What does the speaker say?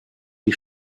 die